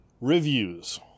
Reviews